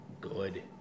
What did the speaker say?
good